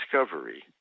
discovery